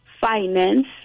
finance